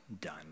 done